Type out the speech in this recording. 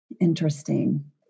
interesting